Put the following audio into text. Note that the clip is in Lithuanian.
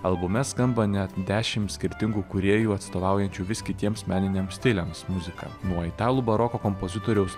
albume skamba net dešim skirtingų kūrėjų atstovaujančių vis kitiems meniniams stiliams muziką nuo italų baroko kompozitoriaus